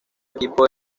equipo